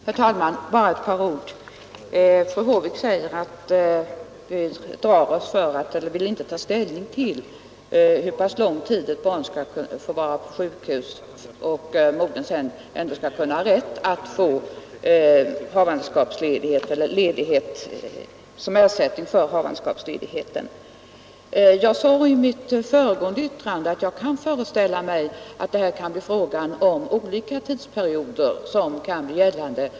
Herr talman! Bara ett par ord. Fru Håvik säger att vi inte vill ta ställning till hur lång tid ett barn skall få vara på sjukhus utan att modern går miste om sin rätt att få ledighet som ersättning för havande sledigheten. Jag sade i mitt föregående anförande att jag kan föreställa mig att det här kan bli fråga om olika tidsperioder.